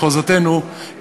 במחוזותינו,